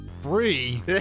free